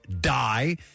die